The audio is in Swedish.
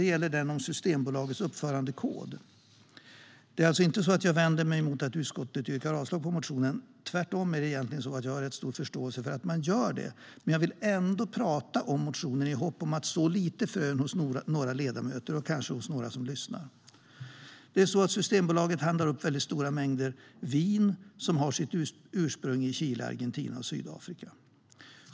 Det gäller den om Systembolagets uppförandekod. Det är inte så att jag vänder mig mot att utskottet avstyrker motionen. Tvärtom har jag rätt stor förståelse för att man gör det, men jag vill ändå tala om motionen i hopp om att så lite frön hos några ledamöter och kanske hos några andra som lyssnar. Systembolaget handlar upp stora mängder vin med ursprung i Chile, Argentina och Sydafrika.